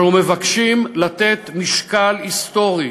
אנחנו מבקשים לתת משקל היסטורי